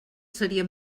seria